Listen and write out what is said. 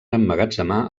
emmagatzemar